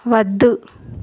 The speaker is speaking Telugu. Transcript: వద్దు